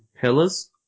pillars